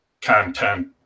content